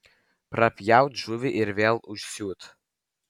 prapjaut žuvį ir vėl užsiūt